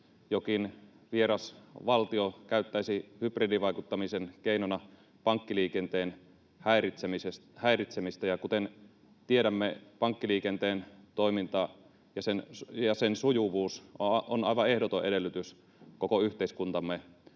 jokin vieras valtio käyttäisi hybridivaikuttamisen keinona pankkiliikenteen häiritsemistä, ja kuten tiedämme, pankkiliikenteen toiminta ja sen sujuvuus on aivan ehdoton edellytys koko yhteiskuntamme